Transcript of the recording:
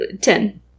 Ten